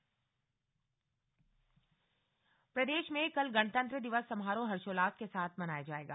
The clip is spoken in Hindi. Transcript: गणतंत्र दिवस प्रदेश में कल गणतंत्र दिवस समारोह हर्षोल्लास के साथ मनाया जाएगा